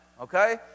Okay